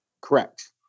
Correct